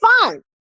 fine